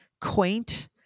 quaint